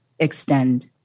Extend